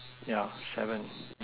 yeah seven